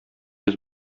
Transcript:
йөз